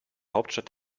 hauptstadt